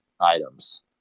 items